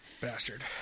Bastard